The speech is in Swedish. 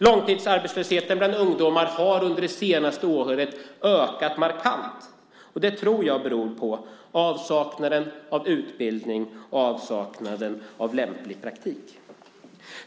Långtidsarbetslösheten bland ungdomar har under det senaste året ökat markant, och det tror jag beror på avsaknaden av utbildning och avsaknaden av lämplig praktik.